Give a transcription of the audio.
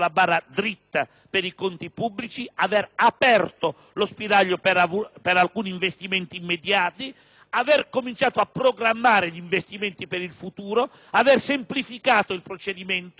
aver cominciato a programmare gli investimenti per il futuro, aver semplificato il procedimento, aver contribuito a modificare in senso positivo la normativa, aver completato questo provvedimento